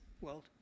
world